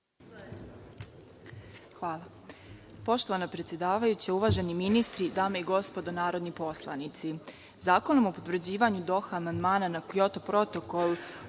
Hvala